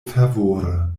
fervore